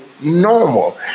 normal